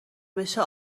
بشه